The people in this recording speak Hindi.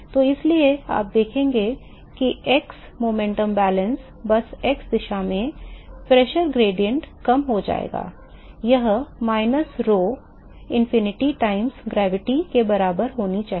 तो इसलिए आप देखेंगे कि x संवेग संतुलन बस x दिशा में दाब प्रवणता कम हो जाएगा यह minus rho infinity times gravity के बराबर होनी चाहिए